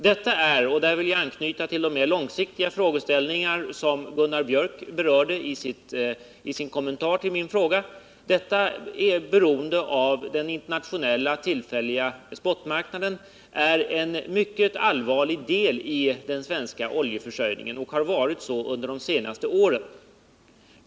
Detta är, och här vill jag anknyta till de mera långsiktiga frågeställningar som Gunnar Biörck i Värmdö berörde i sin kommentar till min fråga, beroende av att den tillfälliga internationella spot-marknaden är en mycket allvarlig del i den svenska oljeförsörjningen och har varit detta under de senaste åren.